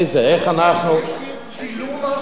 איך אנחנו, יש לי צילום של החוזה.